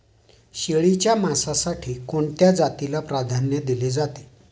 शेळीच्या मांसासाठी कोणत्या जातीला प्राधान्य दिले जाते?